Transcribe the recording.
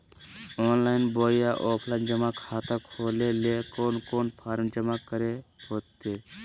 Online बोया offline जमा खाता खोले ले कोन कोन फॉर्म जमा करे होते?